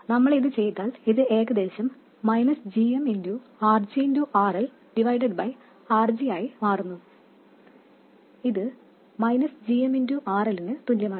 നമ്മൾ ഇത് ചെയ്താൽ ഇത് ഏകദേശം gm RGRL RG ആയി മാറുന്നു ഇത് gm RL നു തുല്യമാണ്